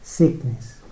Sickness